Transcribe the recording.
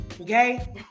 Okay